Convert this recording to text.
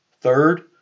Third